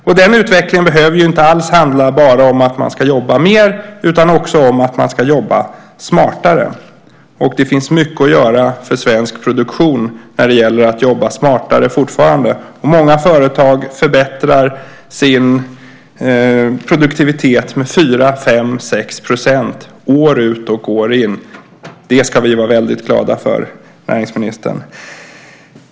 Och den utvecklingen behöver inte alls handla bara om att man ska jobba mer utan också om att man ska jobba smartare. Och det finns fortfarande mycket att göra för svensk produktion när det gäller att jobba smartare. Och många företag förbättrar sin produktivitet med 4, 5 eller 6 % år ut och år in. Det ska vi vara väldigt glada för, näringsministern.